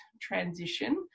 transition